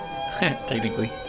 technically